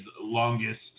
longest